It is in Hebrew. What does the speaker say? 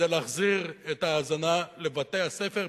זה להחזיר את ההזנה לבתי-הספר,